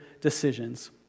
decisions